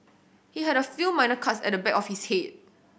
he had a few minor cuts at the back of his head